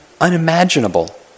unimaginable